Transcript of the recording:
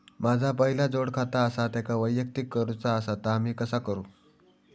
माझा पहिला जोडखाता आसा त्याका वैयक्तिक करूचा असा ता मी कसा करू?